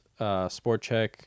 SportCheck